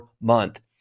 month